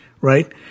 right